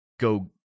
go